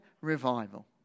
Revival